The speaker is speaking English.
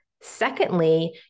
Secondly